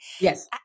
Yes